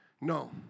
No